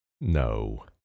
No